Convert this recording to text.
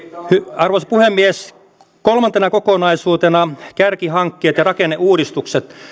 arvoisa puhemies kolmantena kokonaisuutena on kärkihankkeet ja rakenneuudistukset